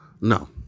No